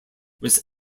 was